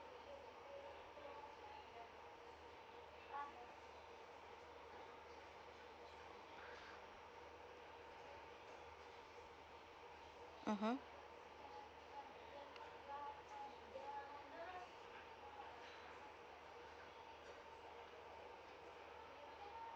mmhmm